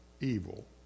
evil